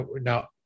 now